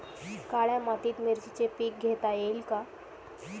काळ्या मातीत मिरचीचे पीक घेता येईल का?